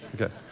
Okay